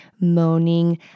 moaning